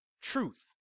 truth